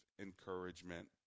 Encouragement